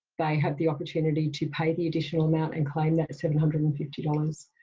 they had the opportunity to pay the additional amount and claim that seven hundred and fifty dollars